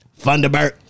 Thunderbird